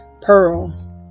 pearl